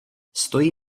stojí